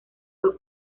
fue